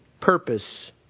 purpose